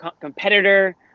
competitor